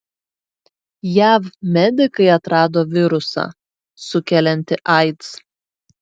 jav medikai atrado virusą sukeliantį aids